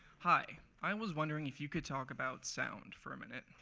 hi. i was wondering if you could talk about sound for a minute.